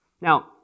Now